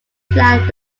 line